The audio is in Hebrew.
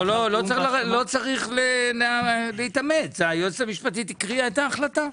לא צריך להתאמץ, היועצת המשפטית הקריאה את ההחלטה,